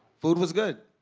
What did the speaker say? food was good.